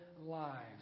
lives